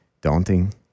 daunting